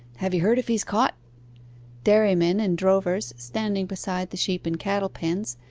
have you heard if he's caught dairymen and drovers standing beside the sheep and cattle pens,